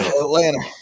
Atlanta